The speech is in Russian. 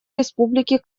республики